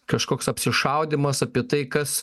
kažkoks apsišaudymas apie tai kas